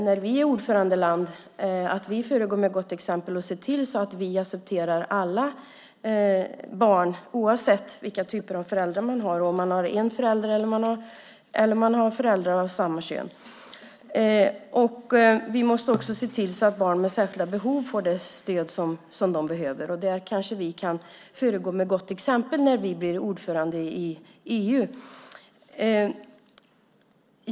När vi är ordförandeland måste vi se till att föregå med gott exempel och acceptera alla barn oavsett vilka föräldrar de har - om man bara har en förälder eller om man har föräldrar av samma kön. Vi måste också se till att barn med särskilda behov får det stöd de behöver, och där kanske vi kan föregå med gott exempel när vi blir ordförandeland i EU.